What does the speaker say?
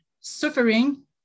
suffering